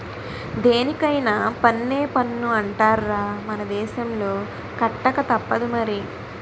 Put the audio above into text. దేనికైన పన్నే పన్ను అంటార్రా మన దేశంలో కట్టకతప్పదు మరి